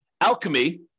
alchemy